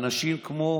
אנשים כמו